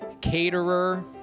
caterer